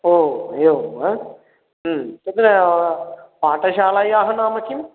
ओ एवं वा तत्र पाठशालायाः नाम किम्